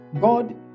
God